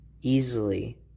easily